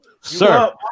sir